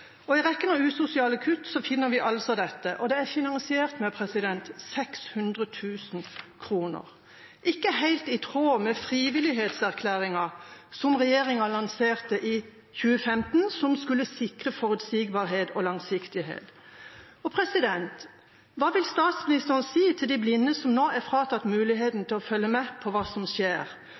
I rekken av usosiale kutt finner vi altså dette. Det er finansiert med 600 000 kr – ikke helt i tråd med frivillighetserklæringen som regjeringa lanserte i 2015, som skulle sikre forutsigbarhet og langsiktighet. Hva vil statsministeren si til de blinde som nå er fratatt muligheten til å følge med på hva som skjer,